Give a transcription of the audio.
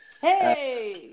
Hey